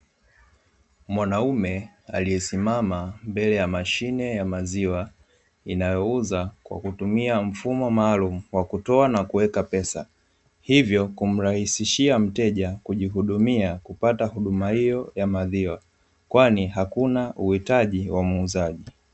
Mwanaume aliyesimama mbele ya mashine ya maziwa, inayouza kwa kutumia mfumo maalumu wa kutoa na kuweka pesa, hivyo kumrahisishia mteja, kujihudumia kupata huduma hiyo ya maziwa, kwani hakuna huitaji wa muuzaji.